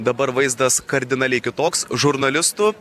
dabar vaizdas kardinaliai kitoks žurnalistų